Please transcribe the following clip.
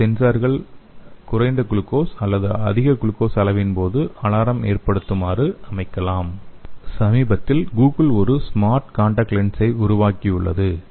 இந்த சென்சார்கள் குறைந்த குளுக்கோஸ் அல்லது அதிக குளுக்கோஸ் அளவின் போது அலாரம் ஏற்படுத்துமாறு அமைக்கலாம் சமீபத்தில் கூகிள் ஒரு ஸ்மார்ட் காண்டாக்ட் லென்ஸை உருவாக்கியுள்ளது